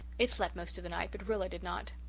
it slept most of the night but rilla did not.